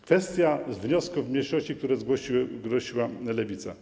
Kwestia wniosków mniejszości, które zgłosiła Lewica.